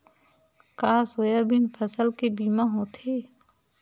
का सोयाबीन फसल के बीमा होथे?